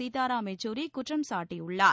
சீதாராம் எச்சூரி குற்றம் சாட்டியுள்ளார்